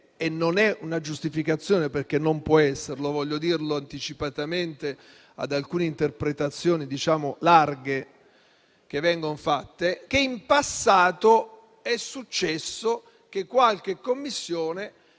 e non è una giustificazione perché non può esserlo, voglio dirlo anticipatamente in relazione ad alcune interpretazioni "larghe" che vengono fatte - che in passato è accaduto che qualche Commissione